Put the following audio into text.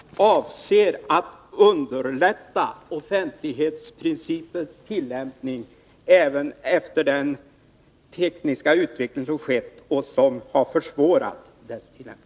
Herr talman! Den här lagstiftningen avser att underlätta offentlighetsprincipens tillämpning — även efter den tekniska utveckling som skett och som har försvårat dess tillämpning.